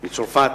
מצרפת,